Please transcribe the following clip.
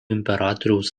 imperatoriaus